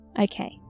Okay